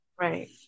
right